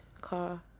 car